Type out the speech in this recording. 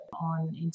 on